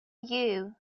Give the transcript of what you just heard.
you